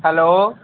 hello